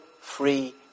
free